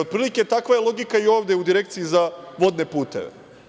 Otprilike takva je logika ovde u Direkciji za vodne puteve.